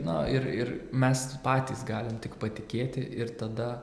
na ir ir mes patys galim tik patikėti ir tada